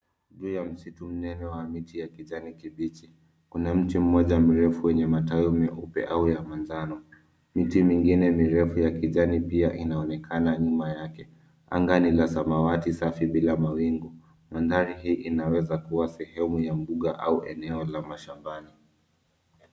Juu ya msitu mnene wa miti ya kijani kibichi, kuna mti mmoja mrefu wenye matawi meupe au manjano. Miti mingine mirefu ya kijani pia inaonekana nyuma yake. Anga ni la samawati safi bila mawingu. Mandhari hii inaweza kuwa sehemu ya mbuga au eneo la mashambani.